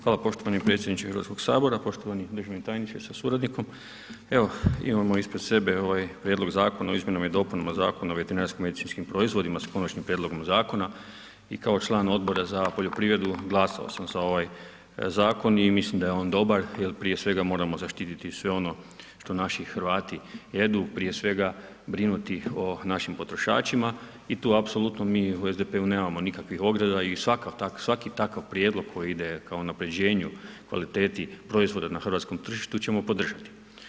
Hvala poštovani predsjedniče HS, poštovani državni tajniče sa suradnikom, evo imamo ispred sebe ovaj prijedlog Zakona o izmjenama i dopunama Zakona o veterinarsko medicinskih proizvodima s konačnom prijedloga zakona i kao član Odbora za poljoprivredu, glasao sam za ovaj zakon i mislim daje on dobar, jer prije svega moramo zaštiti sve ono što naši Hrvati jedu, prije svega brinuti o našim potrošačima i tu apsolutno mi u SDP-u nemamo nikakvih ograda i svaki takav prijedlog, koji ide ka unaprijeđenu kvalitetu proizvoda na hrvatskom tržištu ćemo podržati.